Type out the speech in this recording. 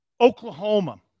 Oklahoma